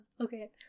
Okay